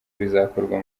bizakorwa